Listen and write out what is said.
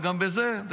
וגם בזה,